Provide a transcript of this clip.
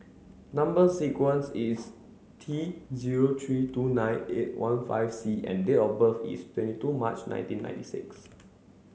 number sequence is T zero three two nine eight one five C and date of birth is twenty two March nineteen ninety six